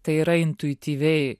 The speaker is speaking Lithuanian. tai yra intuityviai